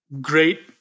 Great